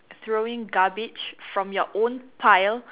throwing garbage from your own pile